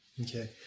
okay